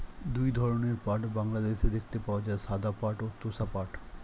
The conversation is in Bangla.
দুই ধরনের পাট বাংলাদেশে দেখতে পাওয়া যায়, সাদা পাট ও তোষা পাট